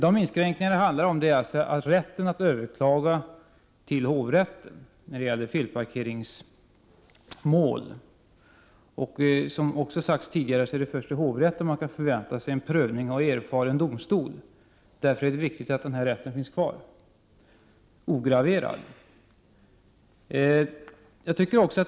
De inskränkningar det handlar om är rätten att överklaga till hovrätt när det gäller felparkeringsmål. Som det också har sagts tidigare är det först i hovrätten man kan förvänta sig en prövning av erfarna jurister. Därför är det viktigt att denna rätt finns kvar ograverad.